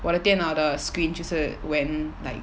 我的电脑的 screen 就是 went like